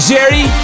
Jerry